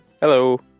Hello